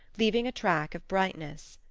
leaving a track of brightness.